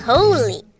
Holy